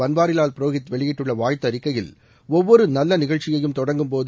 பன்வாரிலால் புரோஹித் வெளியிட்டுள்ள வாழ்த்து அறிக்கையில் ஒவ்வொரு நல்ல நிகழ்ச்சியையும் தொடங்கும்போது